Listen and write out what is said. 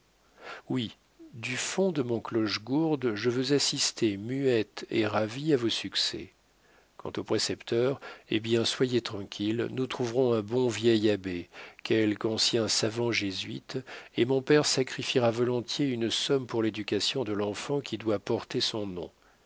oui du fond de mon clochegourde je veux assister muette et ravie à vos succès quant au précepteur eh bien soyez tranquille nous trouverons un bon vieil abbé quelque ancien savant jésuite et mon père sacrifiera volontiers une somme pour l'éducation de l'enfant qui doit porter son nom